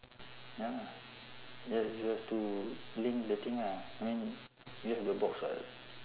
ya lah you have you have to link the thing ah I mean you have the box [what]